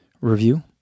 review